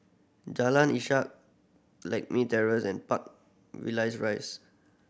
Jalan Ishak Lakme Terrace and Park Villas Rise